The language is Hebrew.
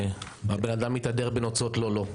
הבן-אדם מתהדר בנוצות לא לו.